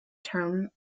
term